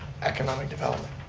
economic development.